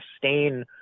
sustain